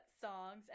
songs